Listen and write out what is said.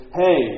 hey